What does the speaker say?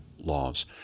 laws